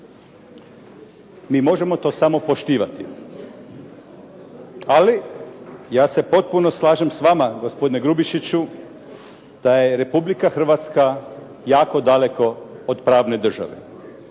Mi možemo to samo poštivati. Ali ja se potpuno slažem s vama, gospodine Grubišiću da je Republika Hrvatska jako daleko od pravne države.